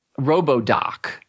RoboDoc